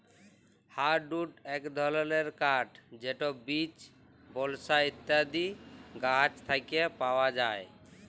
hardwood ইক ধরলের কাঠ যেট বীচ, বালসা ইত্যাদি গাহাচ থ্যাকে পাউয়া যায়